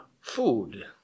food